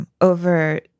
over